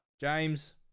James